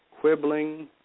quibbling